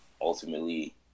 ultimately